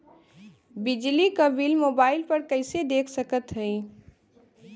बिजली क bill mobile पर कईसे देख सकत हई?